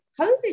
COVID